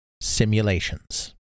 Simulations